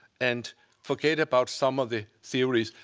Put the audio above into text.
and forget about some of the theories.